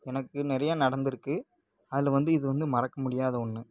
எனக்கு நிறையா நடந்துருக்கு அதில் வந்து இது வந்து மறக்க முடியாத ஒன்று